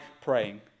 praying